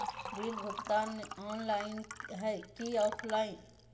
Bill भुगतान online है की ऑफलाइन?